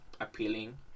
appealing